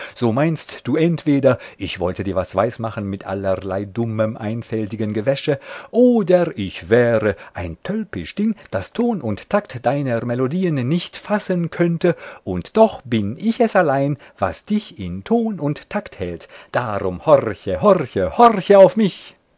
so meinst du entweder ich wollte dir was weismachen mit allerlei dummem einfältigen gewäsche oder ich wäre ein tölpisch ding das ton und takt deiner melodien nicht fassen könnte und doch bin ich es allein was dich in ton und takt hält darum horche horche horche auf mich